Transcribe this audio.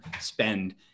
spend